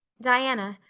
diana,